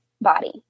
body